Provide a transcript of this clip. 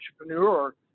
entrepreneur